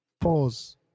Pause